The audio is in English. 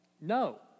no